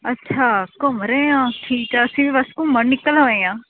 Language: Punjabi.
ਅੱਛਾ ਘੁੰਮ ਰਹੇ ਹਾਂ ਠੀਕ ਹੈ ਅਸੀਂ ਵੀ ਬਸ ਘੁੰਮਣ ਨਿਕਲ ਆਏ ਹਾਂ